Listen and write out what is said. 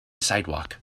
sidewalk